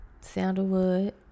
Sandalwood